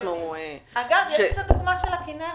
אגב, יש הדוגמה של הכינרת,